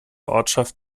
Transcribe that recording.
ortschaft